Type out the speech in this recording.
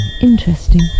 Interesting